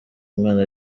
umwana